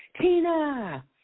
Tina